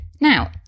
Now